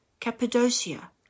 Cappadocia